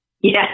Yes